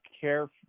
care